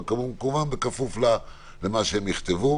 כמובן בכפוף למה שהם יכתבו.